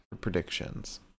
predictions